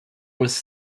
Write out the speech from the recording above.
was